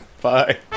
bye